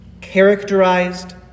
characterized